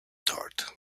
thought